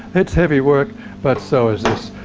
it's heavy work but so is this.